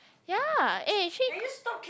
ya eh actually